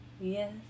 Yes